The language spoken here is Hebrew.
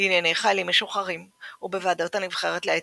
לענייני חיילים משוחררים ובוועדות הנבחרת לאתיקה.